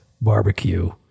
barbecue